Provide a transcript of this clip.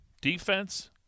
Defense